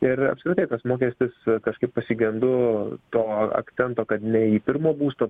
ir apskritai tas mokestis kažkaip pasigendu to akcento kad ne į pirmo būsto